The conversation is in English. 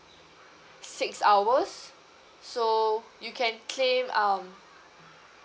six hours so you can claim um